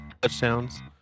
touchdowns